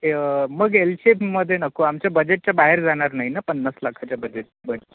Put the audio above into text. मग एल शेपमध्ये नको आमच्या बजेटच्या बाहेर जाणार नाही ना पन्नास लाखाच्या बजेटच्या बजेट